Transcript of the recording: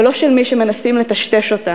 ולא של מי שמנסים לטשטש אותה,